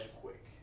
Quick